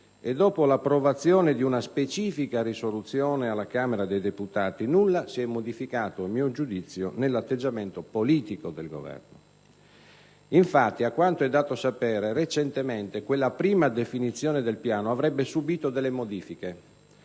e dopo l'approvazione di una specifica risoluzione alla Camera dei deputati, nulla si è modificato - a mio giudizio - nell'atteggiamento politico del Governo. Infatti, a quanto è dato sapere, recentemente quella prima definizione del piano avrebbe subito delle modifiche